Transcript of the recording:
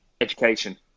education